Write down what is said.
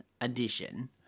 edition